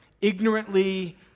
ignorantly